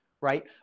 right